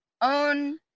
own